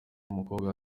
umukobwa